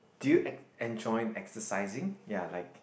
do you en enjoy exercising ya like